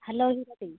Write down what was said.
hello